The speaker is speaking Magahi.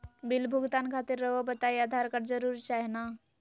बिल भुगतान खातिर रहुआ बताइं आधार कार्ड जरूर चाहे ना?